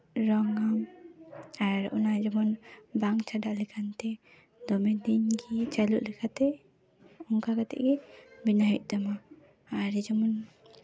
ᱨᱚᱝ ᱟᱢ ᱚᱱᱟ ᱡᱮᱢᱚᱱ ᱵᱟᱝ ᱪᱷᱟᱰᱟᱜ ᱞᱮᱠᱟᱛᱮ ᱫᱚᱢᱮ ᱫᱤᱱᱜᱮ ᱪᱟᱹᱞᱩᱜ ᱞᱮᱠᱟᱛᱮ ᱚᱱᱠᱟ ᱠᱟᱛᱮ ᱜᱮ ᱵᱮᱱᱟᱣ ᱦᱩᱭᱩᱜ ᱛᱟᱢᱟ ᱟᱨ ᱡᱮᱢᱚᱱ